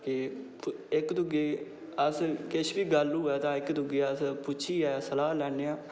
ते इक दूए गी अस किश बी गल्ल होऐ तां इक दूए गी अस पुच्छियै सलाह् लैन्ने आं